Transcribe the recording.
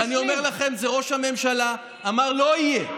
ואני אומר לכם, זה ראש הממשלה אמר: לא יהיה.